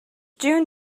june